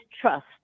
trust